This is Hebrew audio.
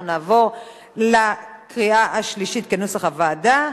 אנחנו נעבור לקריאה השלישית כנוסח הוועדה.